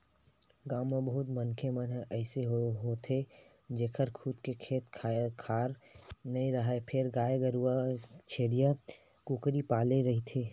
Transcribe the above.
गाँव म बहुत मनखे मन अइसे होथे जेखर खुद के खेत खार नइ राहय फेर गाय गरूवा छेरीया, कुकरी पाले रहिथे